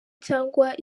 cyangwa